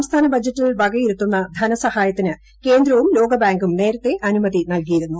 സംസ്ഥാന ബജറ്റിൽ വകയിരുത്തുന്ന നേരിട്ട് ധനസഹായത്തിന് കേന്ദ്രവും ലോക്രബാങ്കും നേരത്തെ അനുമതി നൽകിയിരുന്നു